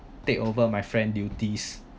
take over my friend duties